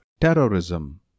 Terrorism